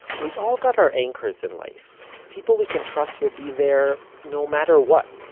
we've all got our anchors in life. people we can trust will be there no matter what.